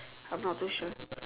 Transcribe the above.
I'm not too sure